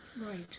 Right